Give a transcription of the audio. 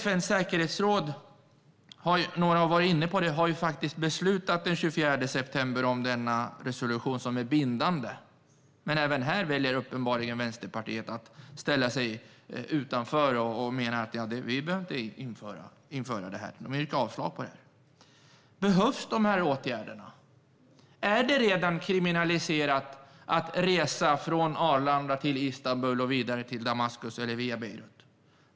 FN:s säkerhetsråd - några har varit inne på det - har faktiskt den 24 september beslutat om denna resolution, som är bindande. Men även här väljer uppenbarligen Vänsterpartiet att ställa sig utanför. De menar att vi inte behöver införa detta. De yrkar avslag på det. Behövs de här åtgärderna? Är det redan kriminaliserat att resa från Arlanda till Istanbul och vidare till Damaskus, eller via Beirut?